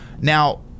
Now